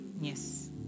Yes